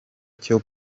cyo